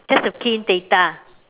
just to key in data